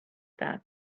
that